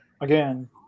Again